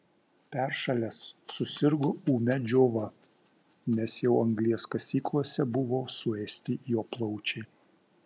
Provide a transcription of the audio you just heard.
peršalęs susirgo ūmia džiova nes jau anglies kasyklose buvo suėsti jo plaučiai